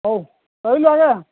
ହଉ ରହିଲୁ ଆଜ୍ଞା